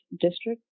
district